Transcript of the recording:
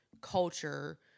culture